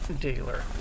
dealer